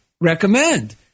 recommend